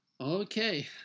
Okay